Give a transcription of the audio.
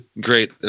great